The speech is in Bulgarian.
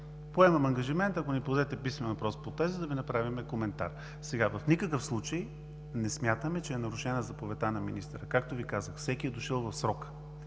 Поемам ангажимента, ако ми подадете писмен въпрос по това, да направим коментар. В никакъв случай не смятаме, че е нарушена заповедта на министъра, както Ви казах, всеки е дошъл в срок.